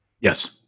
Yes